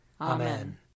Amen